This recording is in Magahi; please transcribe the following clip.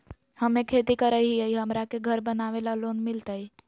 हमे खेती करई हियई, हमरा के घर बनावे ल लोन मिलतई?